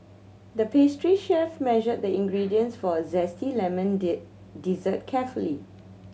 the pastry chef measured the ingredients for a zesty lemon dessert carefully